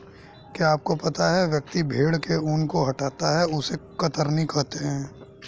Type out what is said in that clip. क्या आपको पता है व्यक्ति भेड़ के ऊन को हटाता है उसे कतरनी कहते है?